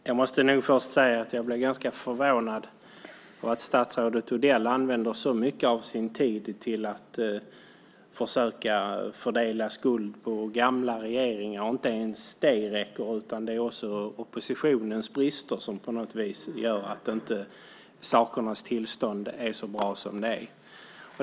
Herr talman! Jag måste först säga att jag blir ganska förvånad över att statsrådet Odell använder så mycket av sin tid åt att försöka fördela skuld på gamla regeringar, och inte ens det verkar räcka, utan han menar att också oppositionens brister gör att sakernas tillstånd inte är så bra som de borde.